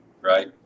Right